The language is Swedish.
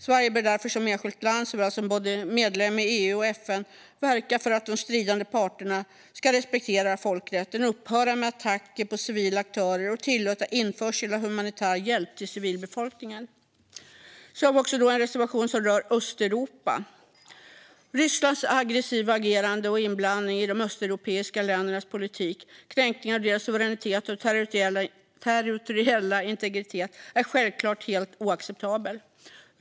Sverige bör därför som enskilt land såväl som medlem i EU och FN verka för att de stridande parterna ska respektera folkrätten, upphöra med attacker på civila aktörer och tillåta införsel av humanitär hjälp till civilbefolkningen. Vi har också en reservation som rör Östeuropa. Rysslands aggressiva agerande och inblandning i de östeuropeiska ländernas politik och kränkningar av deras suveränitet och territoriella integritet är självklart helt oacceptabelt.